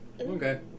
Okay